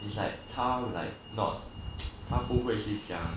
it's like 他 like not 他不会去讲